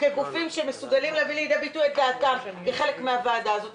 כגופים שמסוגלים להביא לידי ביטוי את דעתם בוועדה הזאת.